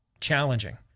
challenging